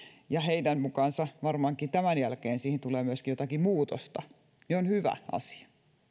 ja heidän mukaansa varmaankin tämän jälkeen siihen tulee myös jotakin muutosta on hyvä asia